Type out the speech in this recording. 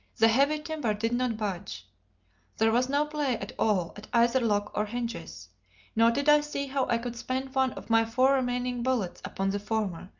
the heavy timber did not budge there was no play at all at either lock or hinges nor did i see how i could spend one of my four remaining bullets upon the former,